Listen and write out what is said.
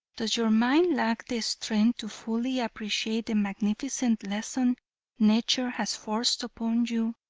does your mind lack the strength to fully appreciate the magnificent lesson nature has forced upon you,